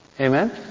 Amen